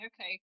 okay